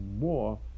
more